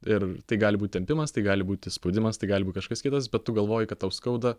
ir tai gali būt tempimas tai gali būti spaudimas tai gali bū kažkas kitas bet tu galvoji kad tau skauda